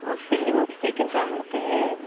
ஓ spelling mistake இருக்கா உங்களுக்கு